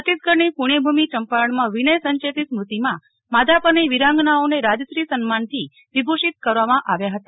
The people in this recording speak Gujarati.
છત્તીસગઢની પુષ્યભુમી ચંપારણમાં વિનય સંચેતી સ્મૃતિમાં માધાપરની વીરાંગનાઓ ને રાજશ્રી સન્માનથી વિભૂષિત કરવામાં આવ્યા હતા